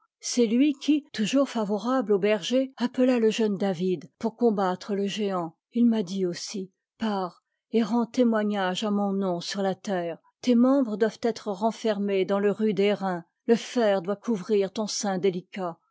c'est lui qui toujours favorable aux bergers appela le jeune david pour combattre le géant il m'a dit aussi pars et rends témoignage à mon nom sur la terre tes membres doivent être renfermés dans le rude airain le fer doit couvrir ton sein délicat